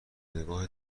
نگاه